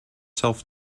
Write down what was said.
self